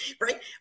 Right